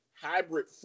hybrid